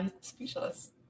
speechless